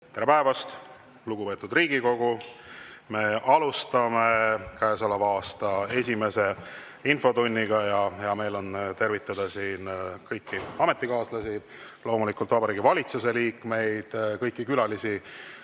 Tere päevast, lugupeetud Riigikogu! Me alustame käesoleva aasta esimest infotundi. Hea meel on tervitada siin kõiki ametikaaslasi, loomulikult Vabariigi Valitsuse liikmeid, külalisi